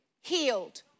healed